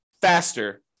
faster